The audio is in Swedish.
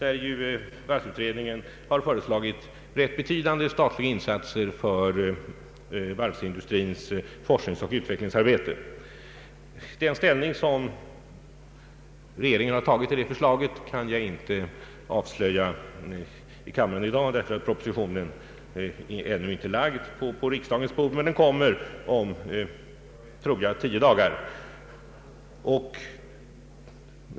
Kommittén har ju föreslagit rätt betydande statliga insatser till varvsindustrins forskningsoch utvecklingsarbete. Den ställning som regeringen har tagit till det förslaget kan jag inte avslöja i kammaren i dag. Propositionen är ännu inte lagd på riksdagens bord, men den kommer om ungefär tio dagar.